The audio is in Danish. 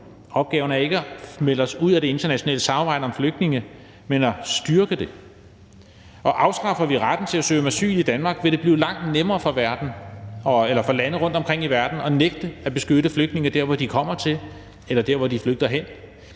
Opgaven er ikke at melde os ud af det internationale samarbejde om flygtninge, men at styrke det. Afskaffer vi retten til at søge om asyl i Danmark, vil det blive langt nemmere for lande rundtomkring i verden at nægte at beskytte flygtninge der, hvor de kommer til, eller der, hvor de flygter hen.